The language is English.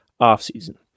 offseason